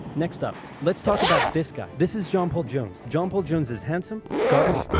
next up, let's talk about this guy. this is john paul jones. john paul jones is handsome, scottish,